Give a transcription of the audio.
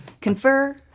Confer